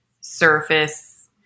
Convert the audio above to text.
surface